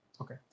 Okay